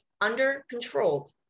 under-controlled